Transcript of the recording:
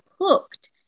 hooked